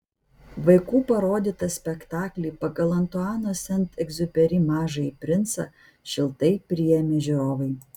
vaikų parodytą spektaklį pagal antuano sent egziuperi mažąjį princą šiltai priėmė žiūrovai